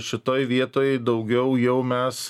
šitoj vietoj daugiau jau mes